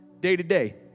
day-to-day